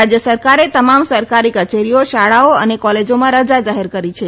રાજ્ય સરકારે તમામ સરકારી કચેરીઓ શાળાઓ અને કોલેજોમાં રજા જાહેર કરી છે